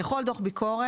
ככל דוח ביקורת,